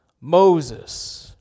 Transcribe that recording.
Moses